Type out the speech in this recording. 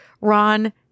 Ron